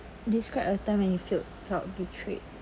describe a time when you feel felt betrayed